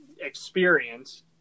Experience